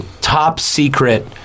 top-secret